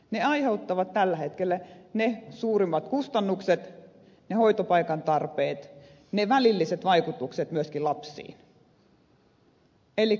aikuiset aiheuttavat tällä hetkellä ne suurimmat kustannukset ne hoitopaikan tarpeet ne välilliset vaikutukset myöskin lapsiin